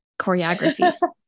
choreography